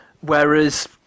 Whereas